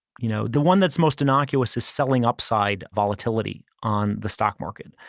you know the one that's most innocuous is selling upside volatility on the stock market.